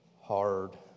hard